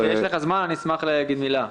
יזהר, אם יש לך זמן, אני אשמח להגיד מילה.